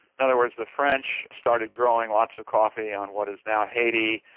in other words, the french started growing lots of coffee on what is now haiti,